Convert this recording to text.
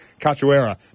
Cachoeira